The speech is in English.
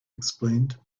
explained